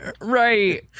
Right